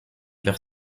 vers